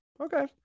okay